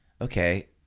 Okay